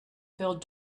filled